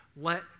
let